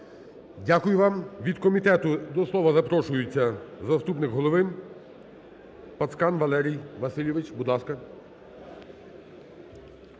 Дякую вам. Від комітету до слова запрошується заступник голови Пацкан Валерій Васильович.